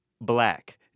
black